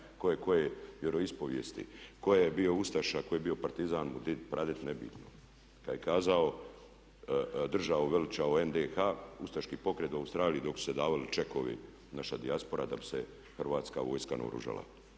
tko je bio ustaša, tko je bio partizan mu did, pradid, nebitno. Kad je kazao država uveliča u NDH, Ustaški pokret u Australiji dok su se davali čekovi, naša dijaspora da bi se Hrvatska vojska naoružala.